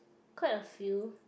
quite a few